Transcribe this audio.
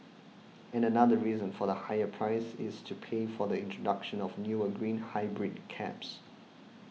and another reason for the higher price is to pay for the introduction of newer green hybrid cabs